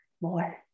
more